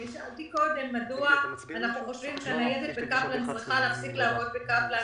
נשאלתי קודם מדוע אנחנו חושבים שהניידת בקפלן צריכה להפסיק לעבוד בקפלן,